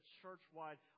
church-wide